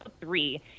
three